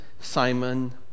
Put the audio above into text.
Simon